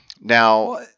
now